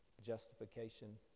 justification